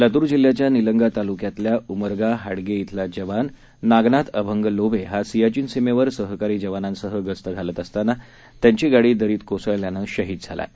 लातूरजिल्ह्याच्यानिलंगातालुक्यातल्याउमरगा हाडगेइथलाजवाननागनाथअभंगलोभेहासियाचीनसीमेवरसहकारीजवानांसहगस्तघालतअसता नात्यांचीगाडीदरीतकोसळल्यानंशहीदझालाआहे